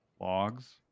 logs